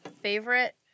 Favorite